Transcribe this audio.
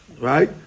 right